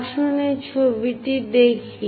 আসুন এই ছবিটি দেখি